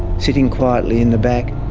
sitting quietly in the back,